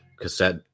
cassette